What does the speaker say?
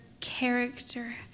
character